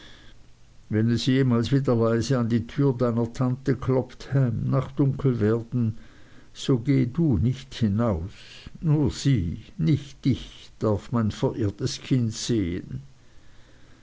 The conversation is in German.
wenn es jemals wieder leise an die tür deiner tante klopft ham nach dunkelwerden so geh du nicht hinaus nur sie nicht dich darf mein verirrtes kind sehen